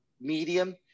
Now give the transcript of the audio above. medium